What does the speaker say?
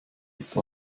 ist